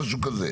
משהו כזה.